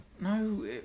No